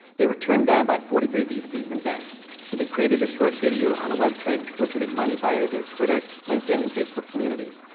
they were turned down by forty three vc's and banks. so they created a short video on a web site and solicited money via their twitter, linkdin and facebook communities.